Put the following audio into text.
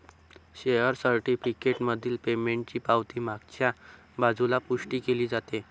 share certificate मधील पेमेंटची पावती मागच्या बाजूला पुष्टी केली जाते